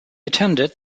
attended